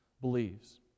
believes